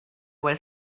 were